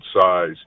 size